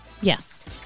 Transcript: Yes